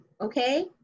okay